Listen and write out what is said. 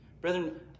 brethren